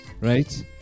Right